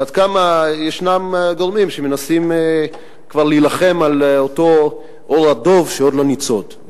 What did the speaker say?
ועד כמה ישנם גורמים שמנסים כבר להילחם על אותו עור הדוב שעוד לא ניצוד,